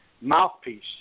mouthpiece